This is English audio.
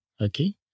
Okay